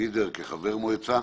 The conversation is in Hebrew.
לוידר כחבר מועצה.